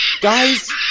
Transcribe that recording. Guys